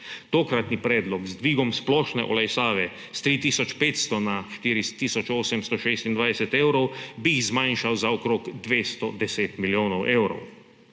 Tokratni predlog z dvigom splošne olajšave s 3 tisoč 500 na 4 tisoč 826 evrov bi zmanjšal za okoli 210 milijonov evrov.